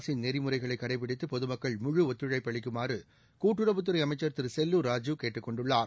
அரசின் நெறிமுறைகளை கடைபிடித்து பொதுமக்கள் முழு ஒத்துழைப்பு அளிக்குமாறு கூட்டுறவுத்துறை அமைச்சா் திரு செல்லூர் ராஜூ கேட்டுக் கொண்டுள்ளார்